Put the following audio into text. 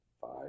five